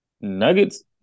nuggets